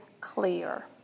clear